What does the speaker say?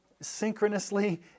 synchronously